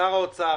שר האוצר,